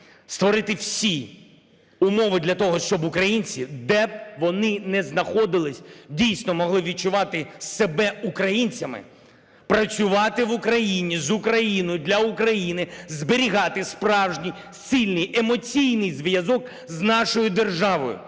створити всі умови для того, щоб українці, де б вони не знаходились, дійсно могли відчувати себе українцями, працювати в Україні, з Україною, для України, зберігати справжній сильний емоційний зв'язок з нашою державою,